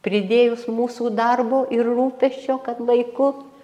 pridėjus mūsų darbo ir rūpesčio kad laiku